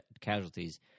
casualties